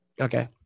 Okay